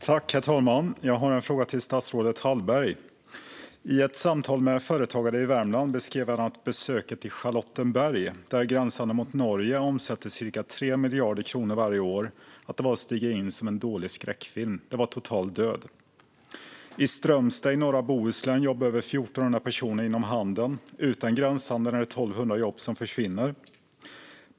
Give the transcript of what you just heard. Herr talman! Jag har en fråga till statsrådet Hallberg. I ett samtal med företagare i Värmland beskrevs ett besök i Charlottenberg, där gränshandeln med Norge omsätter ca 3 miljarder kronor varje år, som att det var som att stiga in i en dålig skräckfilm. Det var total död. I Strömstad i norra Bohuslän jobbar över 1 400 personer inom handeln. Utan gränshandeln är det 1 200 jobb som försvinner.